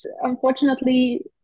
unfortunately